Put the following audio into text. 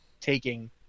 taking